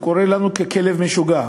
הוא קורא לנו "כלב משוגע",